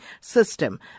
system